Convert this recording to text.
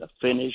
finish